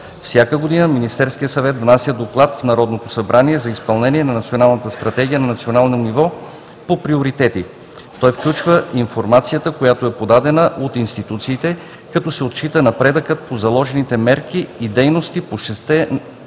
Всяка година Министерският съвет внася доклад в Народното събрание за изпълнението на Националната стратегия на национално ниво по приоритети. Той включва информацията, която е подадена от институциите, като се отчита напредъкът по заложените мерки и дейности по шестте